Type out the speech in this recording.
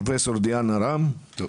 שפרופ' דיאנה רם תדבר.